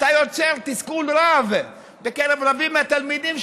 אתה יוצר תסכול רב בקרב רבים מהתלמידים,